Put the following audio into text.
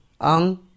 ang